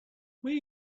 where